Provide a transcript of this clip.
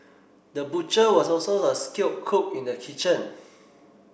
the butcher was also a skilled cook in the kitchen